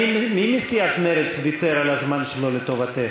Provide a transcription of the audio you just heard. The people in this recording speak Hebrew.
מי מסיעת מרצ ויתר על הזמן שלו לטובתך?